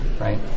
right